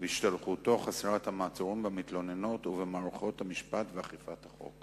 והשתלחותו חסרת המעצורים במתלוננות ובמערכות המשפט ואכיפת החוק,